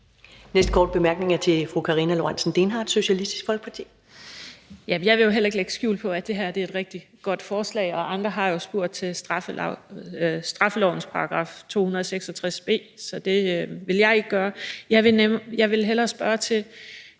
næste korte bemærkning er fra fru Karina Lorentzen Dehnhardt, Socialistisk Folkeparti. Kl. 10:12 Karina Lorentzen Dehnhardt (SF): Jeg vil jo heller ikke lægge skjul på, at det her er et rigtig godt forslag. Andre har spurgt til straffelovens § 266 b, så det vil jeg ikke gøre. Jeg vil hellere spørge til